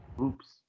Oops